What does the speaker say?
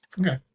okay